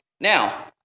Now